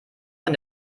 von